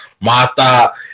Mata